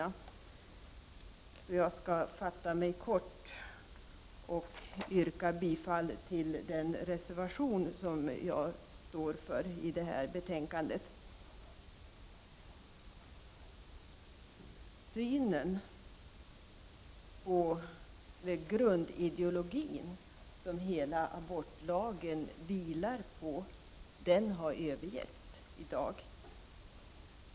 Jag skall i övrigt fatta mig kort och börja med att yrka bifall till den reservation som jag har skrivit under. Den grundideologi som hela abortlagen vilar på har i dag övergetts.